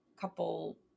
couple